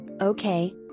Okay